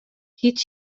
هیچ